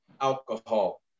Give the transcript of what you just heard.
alcohol